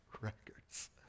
records